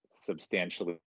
substantially